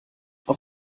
auf